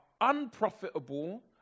unprofitable